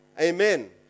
amen